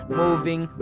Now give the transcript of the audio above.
moving